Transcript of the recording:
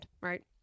right